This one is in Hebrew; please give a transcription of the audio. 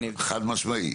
חד משמעית.